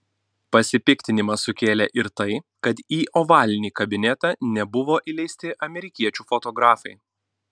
pasipiktinimą sukėlė ir tai kad į ovalinį kabinetą nebuvo įleisti amerikiečių fotografai